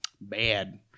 Bad